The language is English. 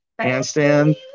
handstand